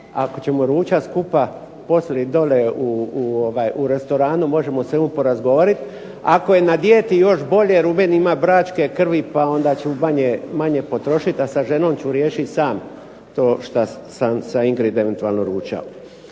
ako ćemo ručat skupa poslije dole u restoranu možemo o svemu porazgovorit. Ako je na dijeti još bolje jer u meni ima bračke krvi pa onda ću manje potrošit, a sa ženom ću riješit sam to šta sam sa Ingrid eventualno ručao.